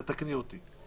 תתקני אותי.